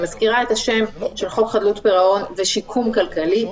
אני מזכירה את השם: "חוק חדלות פירעון ושיקום כלכלי".